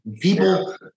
People